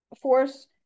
Force